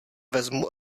vezmu